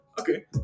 Okay